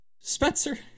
Spencer